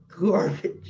Garbage